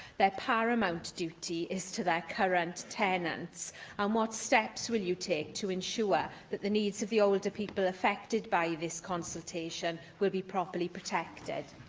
their paramount duty is to their current tenants? and what steps will you take to ensure that the needs of the older people affected by this consultation will be properly protected?